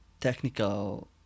technical